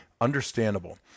understandable